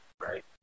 right